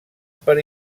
per